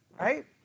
right